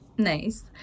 nice